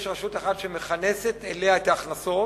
יש רשות אחת שמכנסת אליה את ההכנסות,